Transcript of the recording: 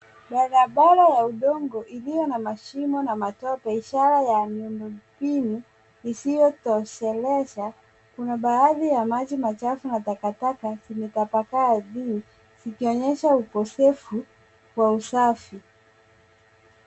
Barabara ya udongo iliyo na shimo na matope ishara ya miundo mbinu isiyo tosheleza. kuna baadhi ya maji machafu na takataka zimetapakaa ardhini zikionyesha ukosefu wa usafi.